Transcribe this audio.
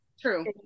True